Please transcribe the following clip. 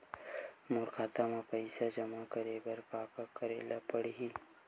मोर खाता म पईसा जमा करे बर का का करे ल पड़हि?